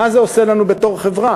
מה זה עושה לנו בתור חברה.